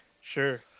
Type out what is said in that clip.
sure